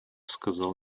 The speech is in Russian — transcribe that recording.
сказал